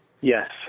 Yes